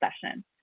session